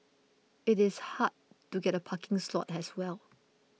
it is hard to get a parking slot as well